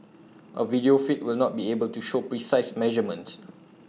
A video feed will not be able to show precise measurements